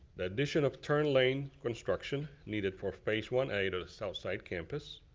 the addition of turn lane construction needed for phase one a of southside campus,